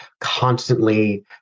constantly